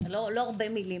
לא הרבה מילים,